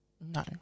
No